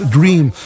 Dream